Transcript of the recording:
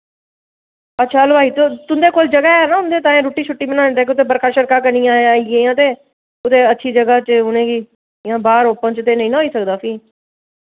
अच्छा हलवाई ते तुं'दे कोल ज'गा ऐ ना उं'दे ताईं रुट्टी शुट्टी बनाने ताईं कुतै बरखा शरखा कणियां आई गेइयां ते कुते अच्छी ज'गा च उ'नें गी इ'यां बाह्र ओपन च ते निं ना होई सकदा फ्ही